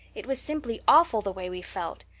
it was simply awful the way we felt.